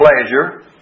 pleasure